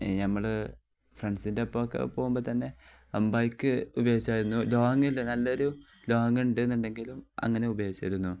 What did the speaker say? നമ്മൾ ഫ്രണ്ട്സിൻ്റെ ഒപ്പൊക്കെ പോവുമ്പോൾ തന്നെ ബൈക്ക് ഉപയോഗിച്ചായിരുന്നു ലോങ്ങിൽ നല്ലൊരു ലോങ് ഉണ്ട് എന്നുണ്ടെങ്കിലും അങ്ങനെ ഉപയോഗിച്ചായിരുന്നു